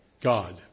God